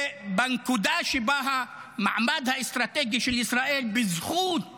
ובנקודה שבה המעמד האסטרטגי של ישראל בזכות